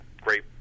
great